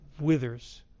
withers